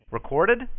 Recorded